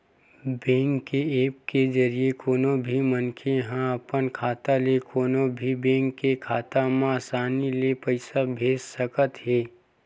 bank के apps के जरिए कोनो भी मनखे ह अपन खाता ले कोनो भी बेंक के खाता म असानी ले पइसा भेज सकत हे